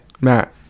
Matt